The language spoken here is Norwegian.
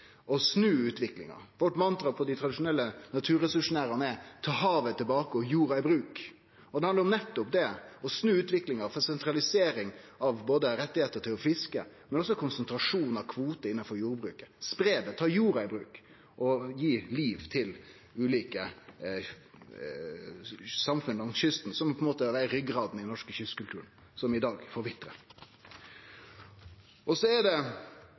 Vårt mantra for dei tradisjonelle naturressursnæringane er å ta havet tilbake og jorda i bruk. Det handlar om nettopp det å snu utviklinga med sentralisering av ikkje berre rettar til å fiske, men også konsentrasjon av kvotar innanfor jordbruket, spreie det, ta jorda i bruk og gi liv til ulike samfunn langs kysten, som på ein måte er ryggraden i den norske kystkulturen, som i dag forvitrar. Så er det